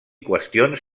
qüestions